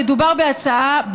מדובר בהצעה,